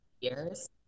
years